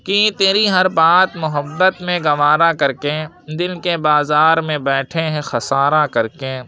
کہ تیری ہر بات محبت میں گوارا کر کے دل کے بازار میں بیٹھے ہیں خسارہ کر کے